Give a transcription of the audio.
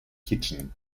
kitchen